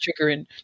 triggering